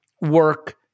work